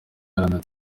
iharanira